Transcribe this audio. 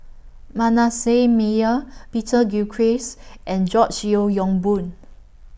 Manasseh Meyer Peter Gilchrist and George Yeo Yong Boon